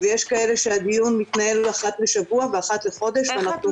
ויש כאלה שהדיון מתנהל אחת לשבוע ואחת לחודש ואנחנו --- איך את